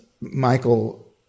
michael